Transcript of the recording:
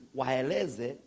waeleze